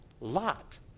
Lot